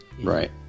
Right